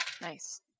nice